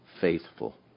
faithful